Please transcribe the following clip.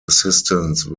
assistance